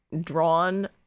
drawn